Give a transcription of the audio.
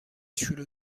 شروع